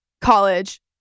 college